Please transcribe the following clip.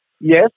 Yes